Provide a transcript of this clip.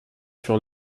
sur